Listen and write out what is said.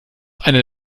einer